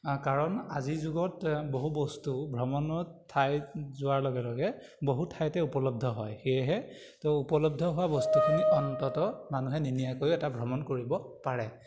কাৰণ আজিৰ যুগত বহু বস্তু ভ্ৰমণত ঠাইত যোৱাৰ লগে লগে বহু ঠাইতে উপলব্ধ হয় সেয়েহে তো উপলব্ধ হোৱা বস্তুখিনি অন্ততঃ মানুহে নিনিয়াকৈও এটা ভ্ৰমণ কৰিব পাৰে